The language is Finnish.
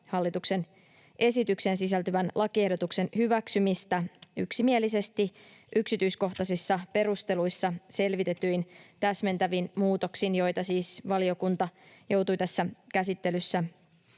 hallituksen esitykseen sisältyvän lakiehdotuksen hyväksymistä yksimielisesti yksityiskohtaisissa perusteluissa selvitetyin täsmentävin muutoksin, joita siis valiokunta joutui tässä käsittelyssä